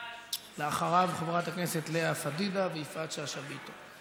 אחריו, חברות הכנסת לאה פדידה ויפעת שאשא ביטון,